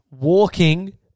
walking